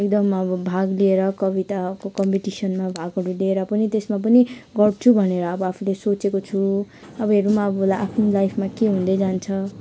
एकदम अब भाग लिएर कविताको कम्पिटिसनमा भागहरू लिएर पनि त्यसमा पनि गर्छु भनेर अब आफूले सोचेको छु अब हेरौँ अब ला आफ्नो लाइफमा के हुँदै जान्छ